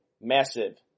massive